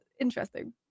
interesting